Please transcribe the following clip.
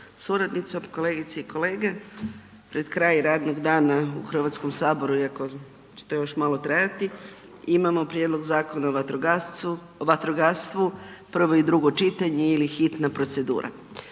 suradnicom, kolegice i kolege, pred kraj radnog dana u HS iako će to još malo trajati imamo prijedlog Zakona o vatrogascu, vatrogastvu, prvo i drugo čitanje ili hitna procedura.